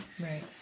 Right